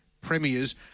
premiers